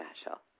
special